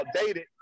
outdated